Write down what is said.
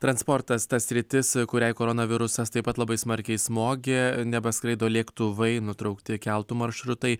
transportas ta sritis kuriai koronavirusas taip pat labai smarkiai smogė nebeskraido lėktuvai nutraukti keltų maršrutai